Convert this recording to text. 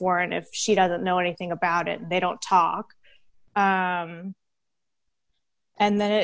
warrant if she doesn't know anything about it they don't talk and then